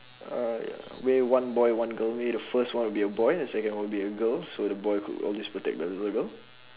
uh ya maybe one boy one girl maybe the first one will be a boy the second one will be a girl so the boy could always protect the the girl you know